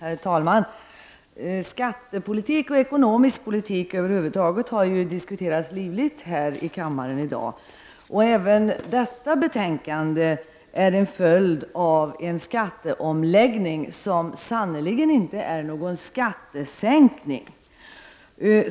Herr talman! Skattepolitik och ekonomisk politik över huvud taget har ju diskuterats livligt här i kammaren i dag. Även detta betänkande är en följd av skatteomläggningen, som sannerligen inte är någon skattesänkning.